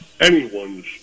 anyone's